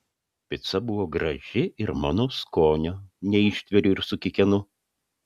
pica buvo graži ir mano skonio neištveriu ir sukikenu